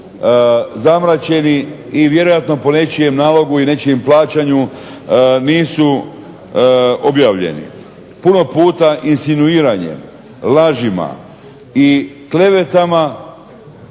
zamračeni i vjerojatno po nečijem nalogu i nečijem plaćanju nisu objavljeni. Puno puta insinuiranje, lažima i klevetama